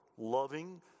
Loving